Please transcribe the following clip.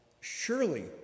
surely